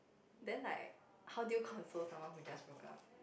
then like how do you console someone who just broke up